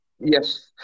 Yes